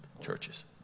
churches